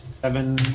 Seven